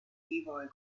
geboren